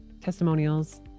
testimonials